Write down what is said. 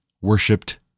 worshipped